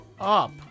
up